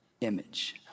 image